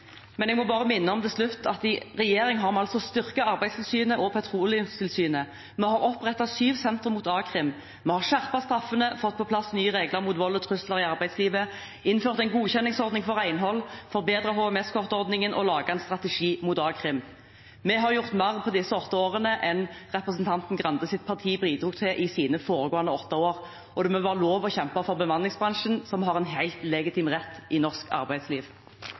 Jeg må bare til slutt minne om at i regjering har vi altså styrket Arbeidstilsynet og Petroleumstilsynet, vi har opprettet syv sentre mot a-krim, vi har skjerpet straffene, fått på plass nye regler mot vold og trusler i arbeidslivet, innført en godkjenningsordning for renhold, forbedret HMS-kort-ordningen og laget en strategi mot a-krim. Vi har gjort mer på disse syv årene enn representanten Grandes parti bidro til i sine foregående åtte år. Det må være lov å kjempe for bemanningsbransjen, som har en helt legitim rett i norsk arbeidsliv.